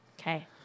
Okay